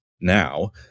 now